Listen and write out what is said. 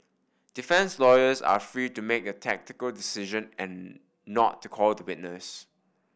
defence lawyers are free to make the tactical decision and not to call a witness